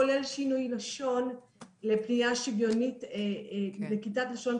כולל שינוי לשון לפנייה שוויונית בכיתת הלשון,